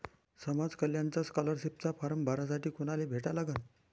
समाज कल्याणचा scholarship form भरासाठी कुनाले भेटा लागन?